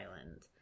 island